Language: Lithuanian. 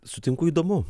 sutinku įdomu